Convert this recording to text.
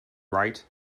right